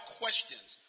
questions